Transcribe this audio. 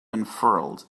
unfurled